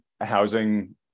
housing